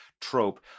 trope